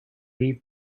leave